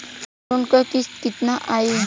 Loan क किस्त कितना आई?